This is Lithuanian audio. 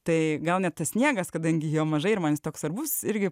tai gal ne tas sniegas kadangi jo mažai ir man jis toks svarbus irgi